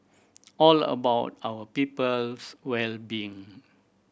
all about our people's well being